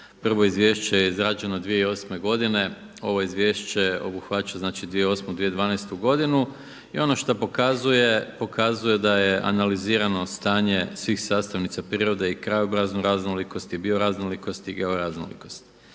Prvo izvješće je izrađeno 2008. godine. Ovo izvješće obuhvaća znači 2008., 2012. godinu i ono što pokazuje, pokazuje da je analizirano stanje svih sastavnica prirode i krajobrazne raznolikosti i bioraznolikosti i georaznolikosti.